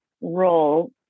role